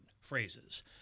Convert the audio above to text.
phrases